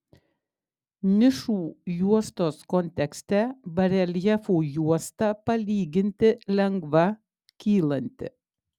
nišų juostos kontekste bareljefų juosta palyginti lengva kylanti